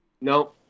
No